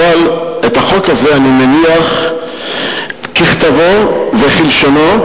אבל אני מניח את החוק הזה ככתבו וכלשונו,